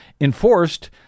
enforced